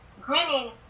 Grinning